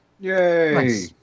yay